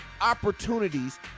opportunities